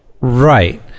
right